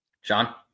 Sean